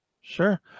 sure